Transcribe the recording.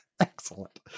Excellent